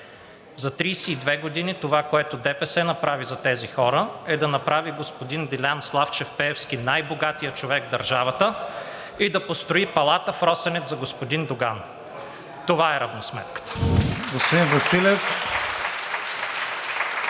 За 32 години това, което ДПС направи за тези хора, е, да направи господин Делян Славчев Пеевски най-богатия човек в държавата и да построи палата в Росенец за господин Доган. Това е равносметката.